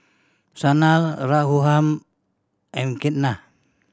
Sanal Raghuram and Ketna